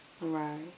Right